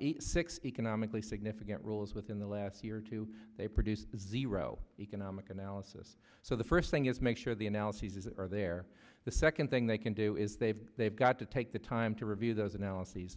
eighty six economically significant rules within the last year or two they produced zero economic analysis so the first thing is make sure the analyses are there the second thing they can do is they've they've got to take the time to review those analyses